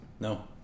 No